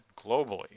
globally